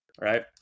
Right